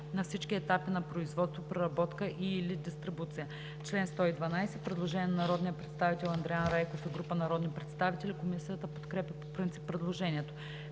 на всички етапи на производство, преработка и/или дистрибуция.“ По чл. 112 има предложение на народния представител Андриан Райков и група народни представители. Комисията подкрепя по принцип предложението.